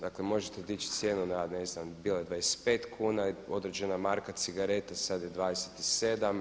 Dakle, možete dići cijenu na ne znam bila je 25 kuna, određena marka cigarete, sad je 27.